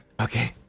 Okay